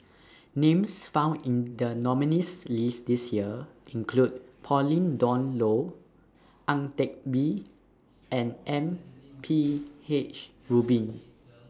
Names found in The nominees' list This Year include Pauline Dawn Loh Ang Teck Bee and M P H Rubin